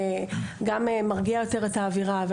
מרגיע יותר את האווירה.